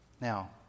Now